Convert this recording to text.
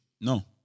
No